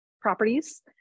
properties